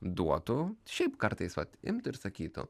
duotų šiaip kartais vat imti ir sakytų